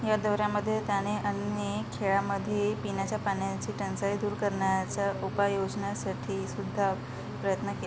या दौऱ्यामध्ये त्याने अनेक खेड्यांमध्ये पिण्याच्या पाण्याची टंचाई दूर करण्याच्या उपाययोजनेसाठी सुद्धा प्रयत्न केला